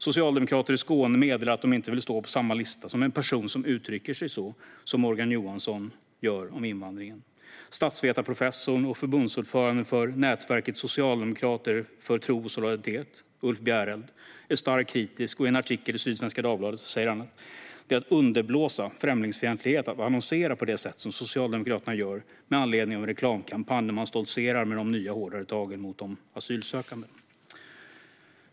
Socialdemokrater i Skåne meddelar att de inte vill stå på samma lista som en person som uttrycker sig så som Morgan Johansson gör om invandringen. Statsvetarprofessorn och förbundsordföranden för nätverket Socialdemokrater för tro och solidaritet, Ulf Bjereld, är starkt kritisk. I en artikel i Sydsvenska Dagbladet säger han att det är att underblåsa främlingsfientlighet att annonsera på det sätt som Socialdemokraterna gör, med anledning av en reklamkampanj där man stoltserar med de nya hårdare tagen mot de asylsökande.